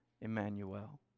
Emmanuel